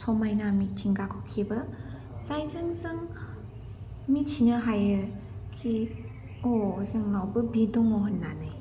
समायना मिथिंगाखौ खेबो जायजों जों मिन्थिनो हायो खि ओ जोंनावबो बे दङ' होननानै